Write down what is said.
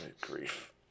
grief